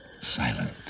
silent